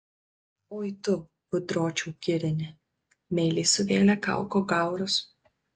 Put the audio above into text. oi tu gudročiau girini meiliai suvėlė kauko gaurus